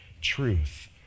truth